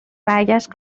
برگشت